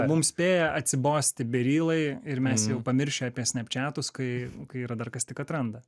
mums spėję atsibosti berilai ir mes jau pamiršę apie snepčetus kai kai yra dar kas tik atranda